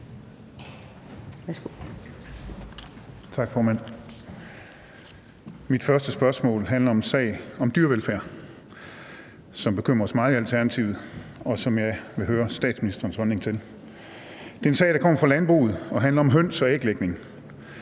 Mit første spørgsmål handler om en sag om dyrevelfærd, som bekymrer os meget i Alternativet, og som jeg vil høre statsministerens holdning til. Det er en sag, der kommer fra landbruget og handler om høns og æglægning.